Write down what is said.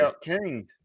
King